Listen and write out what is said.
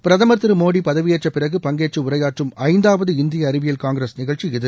பிரதமர் திரு மோடி பதவியேற்றப்பிறகு பங்கேற்று உரையாற்றும் ஐந்தாவது இந்திய அறிவியல் காங்கிரஸ் நிகழ்ச்சி இது